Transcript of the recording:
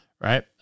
right